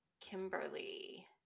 kimberly